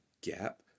gap